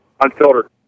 unfiltered